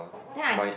then I